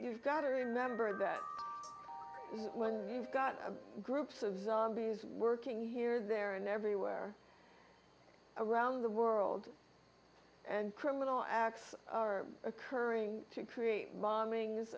you've got to remember that when you've got a groups of zombies working here there and everywhere around the world and criminal acts are occurring to create bombings